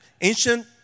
ancient